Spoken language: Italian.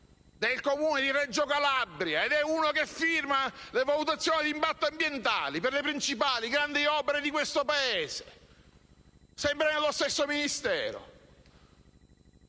del Comune di Reggio Calabria, ed è uno che firma le valutazioni di impatto ambientale per le principali grandi opere di questo Paese, sempre nello stesso Ministero.